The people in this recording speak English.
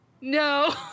No